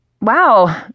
Wow